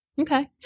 Okay